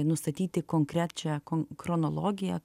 nustatyti konkrečią kon chronologiją